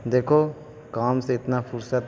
دیکھو کام سے اتنا فرصت